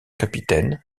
capitaine